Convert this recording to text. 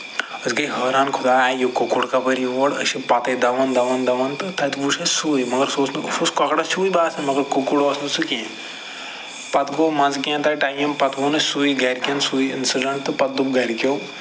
أسۍ گٔے حٲران خدایا یہِ کۄکُر کَپٲرۍ یوڑ أسۍ چھِ پَتے دَوان دَوان دَوان تہٕ تَتہِ وُچھ اَسہِ سُے مگر سُہ مےٚ اوس نہٕ کۄکرس ہیٛوٗے باسان مگر کۄکُر اوس نہٕ سُہ کیٚنٛہہ پَتہٕ گوٚو مَنٛزٕ کیٚنٛژھ ٹایم پتہٕ ووٚن اَسہِ سُے گرِ کٮ۪ن سُے تہٕ پَتہٕ دوٚپ گرِ کٮ۪و